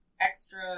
extra